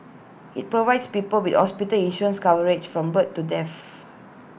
IT provides people with hospital insurance coverage from birth to death